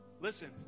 Listen